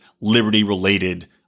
liberty-related